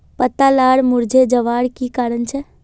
पत्ता लार मुरझे जवार की कारण छे?